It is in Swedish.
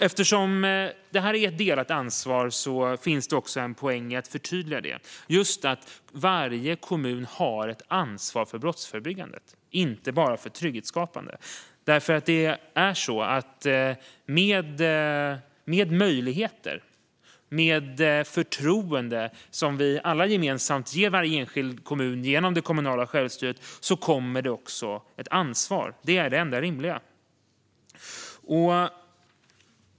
Eftersom det här är ett delat ansvar finns det en poäng att förtydliga att varje kommun har ett ansvar för brottsförebyggandet, inte bara för trygghetsskapande. Med möjligheter och förtroende, som vi alla gemensamt ger varje enskild kommun genom det kommunala självstyret, kommer också ett ansvar. Det är det enda rimliga.